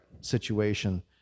situation